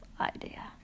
idea